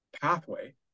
pathway